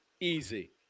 Easy